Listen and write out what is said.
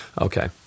Okay